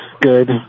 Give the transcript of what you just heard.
good